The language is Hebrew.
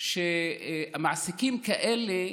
מעסיקים כאלה,